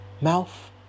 mouth